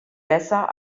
besser